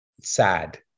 sad